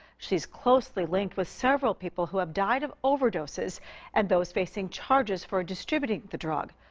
she's closely linked with several people who have died of overdoses and those facing charges for distributing the drug.